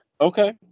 Okay